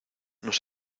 nos